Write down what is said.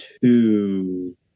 two